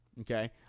okay